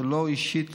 ולא אישית,